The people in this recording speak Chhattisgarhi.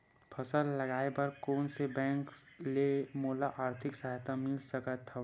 फसल लगाये बर कोन से बैंक ले मोला आर्थिक सहायता मिल सकत हवय?